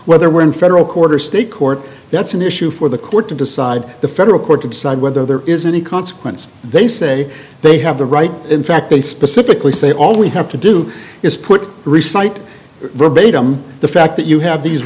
whether we're in federal court or state court that's an issue for the court to decide the federal court to decide whether there is any consequence they say they have the right in fact they specifically say all we have to do is put reciting verbatim the fact that you have these